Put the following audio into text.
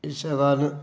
इस्सै कारण